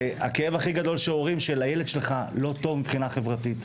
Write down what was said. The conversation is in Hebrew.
הכאב הכי גדול של הורים הוא שלילד שלך לא טוב מבחינה חברתית.